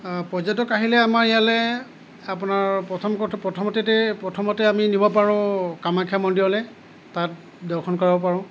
পৰ্যটক আহিলে আমাৰ ইয়ালৈ আপোনাৰ প্ৰথম প্ৰথমততে প্ৰথমতে আমি নিব পাৰোঁ কামাখ্যা মন্দিৰলৈ তাত দৰ্শন কৰাব পাৰোঁ